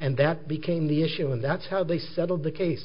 and that became the issue and that's how they settled the case